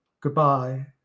Goodbye